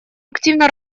активно